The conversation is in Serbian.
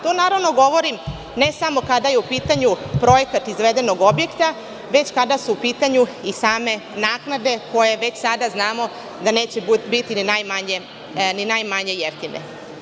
To, naravno, govorim ne samo kada je u pitanju projekat izvedenog objekta, veća kada su u pitanju i same naknade, koje već sada, znamo, da neće biti ni najmanje jeftine.